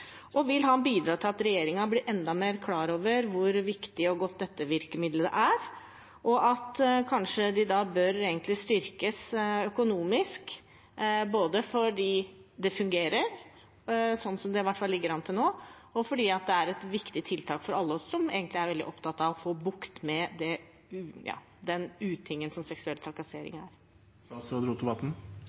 og vil han bidra til at regjeringen blir enda mer klar over hvor viktig og godt dette virkemidlet er, og at det kanskje bør styrkes økonomisk både fordi det fungerer, slik det i hvert fall ligger an til nå, og fordi det er et viktig tiltak for alle som er veldig opptatt av å få bukt med den utingen som seksuell trakassering